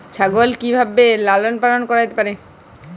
ছাগল কি ভাবে লালন পালন করা যেতে পারে?